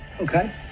Okay